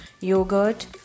yogurt